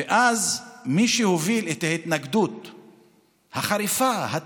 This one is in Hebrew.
מי שהוביל את ההתנגדות החריפה, התקיפה,